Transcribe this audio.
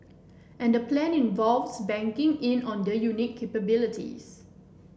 and the plan involves banking in on their unique capabilities